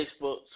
Facebook